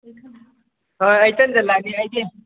ꯍꯣꯏ ꯏꯊꯟꯗ ꯂꯥꯛꯅꯤ ꯑꯩꯗꯤ